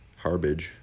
Harbage